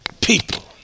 people